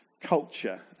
culture